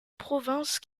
provinces